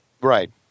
Right